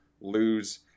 lose